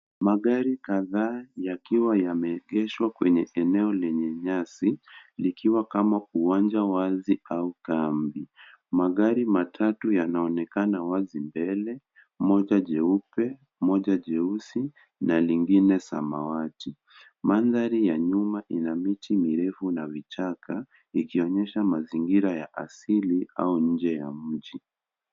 Magari kadhaa yakiwa yameegeshwa kwenye sehemu lenye nyasi, likiwa kama uwanja wazi au kambi. Magari matatu yanaonekana wazi mbele, moja jeupe moja jeusi na lingine samawati. Mandhari ya nyuma ina miti mirefu na vichaka ikionyesha mazingira ya asili au nje ya mji.